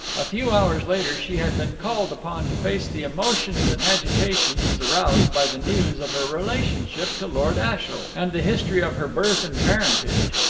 a few hours later, she had been called upon to face the emotions and agitations aroused by the news of her relationship to lord ashiel, and the history of her birth and parentage.